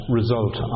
result